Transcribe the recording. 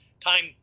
Time